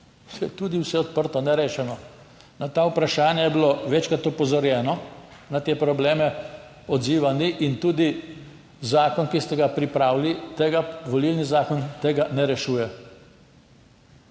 tudi vse odprto, nerešeno. Na ta vprašanja je bilo večkrat opozorjeno, na te probleme, odziva ni in tudi zakon, ki ste ga pripravili tega, volilni zakon tega ne rešuje.